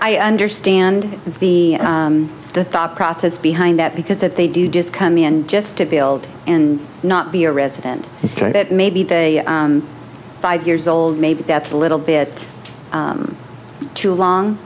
i understand the thought process behind that because that they do just come in just to build and not be a resident that maybe they five years old maybe that's a little bit too long